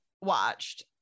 watched